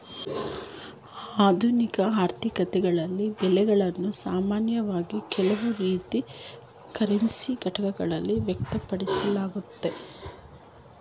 ಆಧುನಿಕ ಆರ್ಥಿಕತೆಗಳಲ್ಲಿ ಬೆಲೆಗಳನ್ನು ಸಾಮಾನ್ಯವಾಗಿ ಕೆಲವು ರೀತಿಯ ಕರೆನ್ಸಿಯ ಘಟಕಗಳಲ್ಲಿ ವ್ಯಕ್ತಪಡಿಸಲಾಗುತ್ತೆ